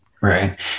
Right